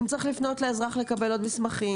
אם צריך לפנות לאזרח לקבל עוד מסמכים,